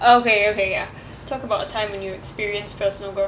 okay okay ya talk about a time when you experienced personal growth